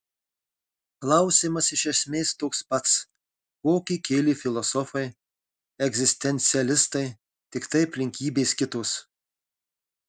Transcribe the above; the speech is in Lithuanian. klausimas iš esmės toks pats kokį kėlė filosofai egzistencialistai tiktai aplinkybės kitos